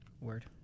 word